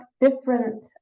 different